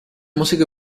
músico